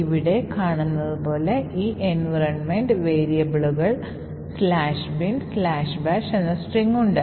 ഇവിടെ കാണുന്നതു പോലെ ഈ എൻവിറോൺമെൻറ് വേരിയബിളുകളിൽ "binbash" എന്ന സ്ട്രിംഗ് ഉണ്ട്